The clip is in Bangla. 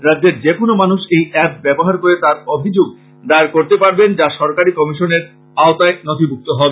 রাজ্যের যেকোনো মানুষ এই এ্যাপ ব্যবহার করে তার অভিযোগ দায়ের করতে পারবেন যা সরাসরি কমিশনের আওতায় নথিভুক্ত হবে